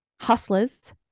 Hustlers